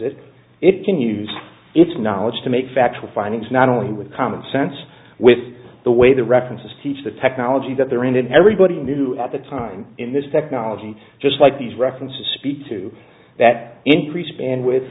it it can use its knowledge to make factual findings not only with common sense with the way the references teach the technology that they're in and everybody knew at the time in this technology just like these references speak to that increased and with